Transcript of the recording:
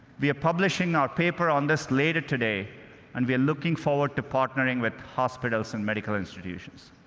we are publishing our paper on this later today and we're looking forward to partnering with hospitals and medical institutions.